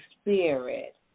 Spirit